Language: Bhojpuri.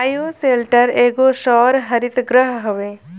बायोशेल्टर एगो सौर हरितगृह हवे